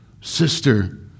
Sister